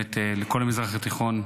ולכל המזרח התיכון.